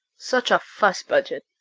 such a fuss budget!